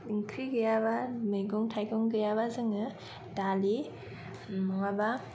ओंख्रि गैयाबा मैगं थाइगं गैयाबा जोङो दालि नङाबा